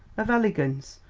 of elegance,